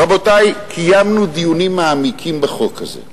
רבותי, קיימנו דיונים מעמיקים בחוק הזה.